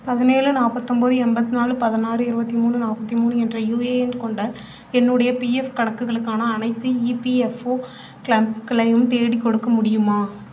பதினேழு நாற்பத் ஒம்பது எண்பத் நாலு பதினாறு இருபத்தி மூணு நாற்பத்தி மூணு என்ற யுஏஎன் கொண்ட என்னுடைய பிஎஃப் கணக்குக்களுக்கான அனைத்து இபிஎஃப்ஓ க்ளம்களையும் தேடிக்கொடுக்க முடியுமா